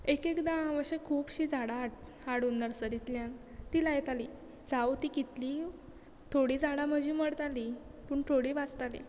एक एक एकदां हांव अशी खुबशीं झाडां हाडून नर्सरींतल्यान ती लायतालें जावं ती कितली थोडी झाडां म्हजी मरतालीं पूण थोडी वाचतालीं